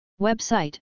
Website